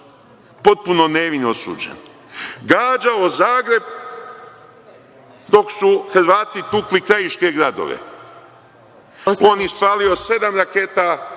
potpuno nevin osuđen. Gađao Zagreb dok su Hrvati tukli krajiške gradove. On ispalio sedam raketa,